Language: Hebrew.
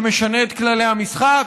שמשנה את כללי המשחק,